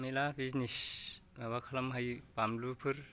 मेरला बिजनेस माबा खालानो हायो बानलुफोर